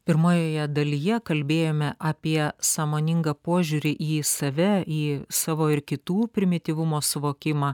pirmojoje dalyje kalbėjome apie sąmoningą požiūrį į save į savo ir kitų primityvumo suvokimą